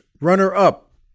runner-up